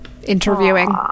interviewing